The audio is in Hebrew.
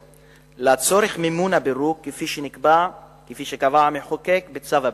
לצורך מימון הפירוק, כפי שקבע המחוקק בצו הפירוק.